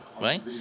right